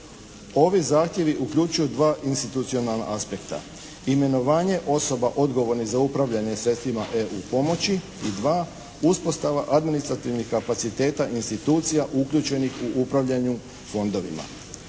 Ovi zahtjevi uključuju dva institucionalna aspekta, imenovanje osoba odgovornih za upravljanje sredstvima EU pomoći. I dva, uspostava administrativnih kapaciteta institucija uključenih u upravljanju fondovima.